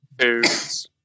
foods